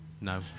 No